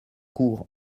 court